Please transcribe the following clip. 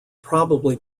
probably